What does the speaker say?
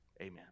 Amen